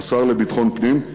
השר לביטחון פנים,